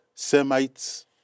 Semites